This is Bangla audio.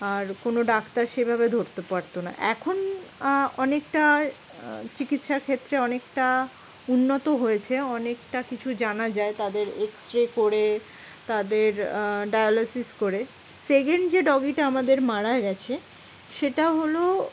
আর কোনো ডাক্তার সেভাবে ধরতে পারতো না এখন অনেকটা চিকিৎসাক্ষেত্রে অনেকটা উন্নত হয়েছে অনেকটা কিছু জানা যায় তাদের এক্স রে করে তাদের ডায়ালিসিস করে সেকেন্ড যে ডগিটা আমাদের মারা গেছে সেটা হলো